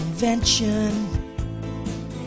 invention